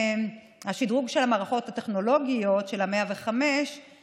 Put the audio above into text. השדרוג של המערכות הטכנולוגיות של 105 יביא